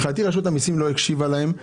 מבחינתי רשות המיסים לא הקשיבה להם.